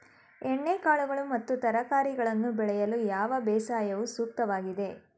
ಎಣ್ಣೆಕಾಳುಗಳು ಮತ್ತು ತರಕಾರಿಗಳನ್ನು ಬೆಳೆಯಲು ಯಾವ ಬೇಸಾಯವು ಸೂಕ್ತವಾಗಿದೆ?